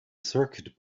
circuit